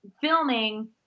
filming